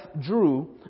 Drew